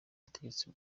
butegetsi